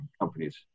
companies